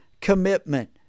commitment